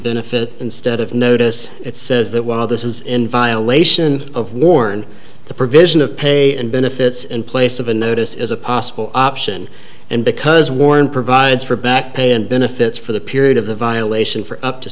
benefit instead of notice it says that while this is in violation of warn the provision of pay and benefits in place of a notice is a possible option and because warren provides for back pay and benefits for the period of the violation for up to